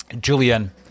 Julian